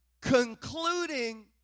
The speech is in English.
concluding